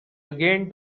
again